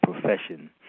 profession